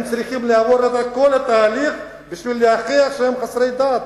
הם צריכים לעבור את כל התהליך כדי להוכיח שהם חסרי דת,